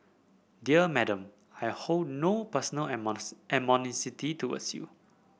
dear Madam I hold no personal animosity towards you